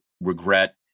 regret